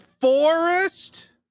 Forest